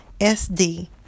SD